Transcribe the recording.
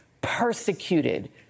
persecuted